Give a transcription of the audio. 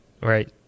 Right